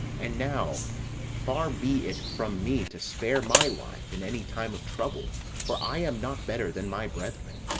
and now far be it from me to spare my life in any time of trouble for i am not better than my brethren.